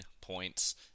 points